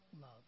love